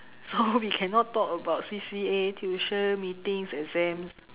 so we cannot talk about C_C_A tuition meeting exams yeah